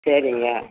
சரிங்க